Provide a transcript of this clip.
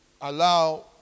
allow